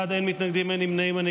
41 בעד, אין מתנגדים, אין נמנעים.